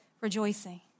rejoicing